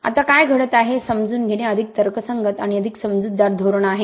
आता काय घडत आहे हे समजून घेणे अधिक तर्कसंगत आणि अधिक समजूतदार धोरण आहे